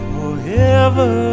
Forever